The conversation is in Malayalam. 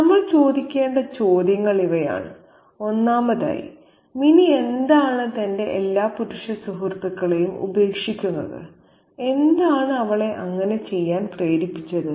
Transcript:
നമ്മൾ ചോദിക്കേണ്ട ചോദ്യങ്ങൾ ഇവയാണ് ഒന്നാമതായി മിനി എന്തിനാണ് തന്റെ എല്ലാ പുരുഷ സുഹൃത്തുക്കളെയും ഉപേക്ഷിക്കുന്നത് എന്താണ് അവളെ അങ്ങനെ ചെയ്യാൻ പ്രേരിപ്പിച്ചത്